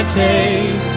take